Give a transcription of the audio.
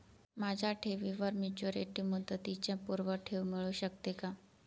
माझ्या ठेवीवर मॅच्युरिटी मुदतीच्या पूर्वी ठेव मिळू शकते का?